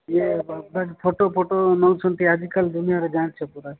ଇଏ photo photo ନଉଛନ୍ତି ଆଜିକାଲି ଦୁନିଆରେ ଜାଣିଛ ପୁରା